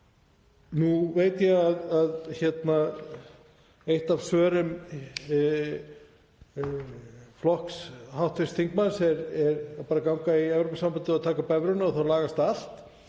Nú veit ég að eitt af svörum flokks hv. þingmanns er bara að ganga í Evrópusambandið og taka upp evruna og þá lagast allt